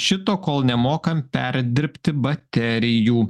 šito kol nemokam perdirbti baterijų